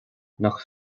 nach